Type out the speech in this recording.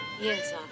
Yes